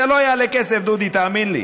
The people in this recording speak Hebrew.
זה לא יעלה כסף, דודי, תאמין לי.